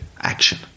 action